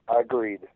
Agreed